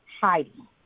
hiding